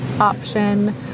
option